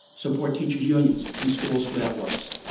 support teacher's unions in schools where that works.